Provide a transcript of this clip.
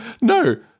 No